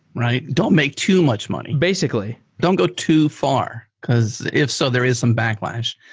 right? don't make too much money basically. don't go too far, because if so, there is some backlash.